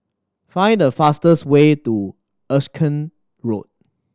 find the fastest way to Erskine Road